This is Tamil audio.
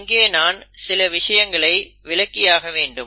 இங்கே நான் சில விஷயங்களை விளக்கியாக வேண்டும்